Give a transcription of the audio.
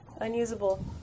Unusable